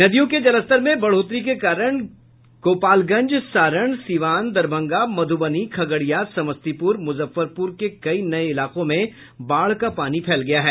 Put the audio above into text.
नदियों के जलस्तर में बढ़ोतरी के कारण गोपालगंज सारण सीवान दरभंगा मधुबनी खगड़िया समस्तीपुर मुजफ्फरपुर के कई नये इलाकों में बाढ़ का पानी फैल गया है